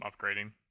upgrading